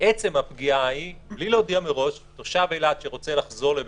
הפגיעה בתושב אילת שרוצה לחזור לביתו,